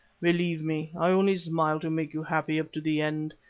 believe me i only smile to make you happy up to the end.